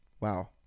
Wow